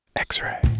X-Ray